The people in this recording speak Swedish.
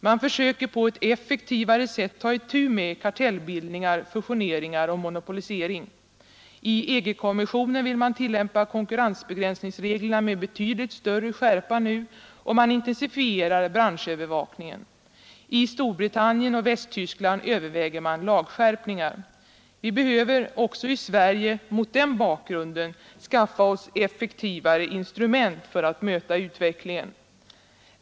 Man försöker på ett effektivare sätt ta itu med kartellbildningar, fusioneringar och monopoliseringar. I EG kommissionen vill man tillämpa konkurrensbegränsningsreglerna med betydligt större skärpa nu, och man intensifierar branschövervakningen. I Storbritannien och Västtyskland överväger man lagskärpningar. Mot den bakgrunden behöver vi också i Sverige skaffa oss effektivare instrument för att möta utvecklingen.